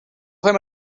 fem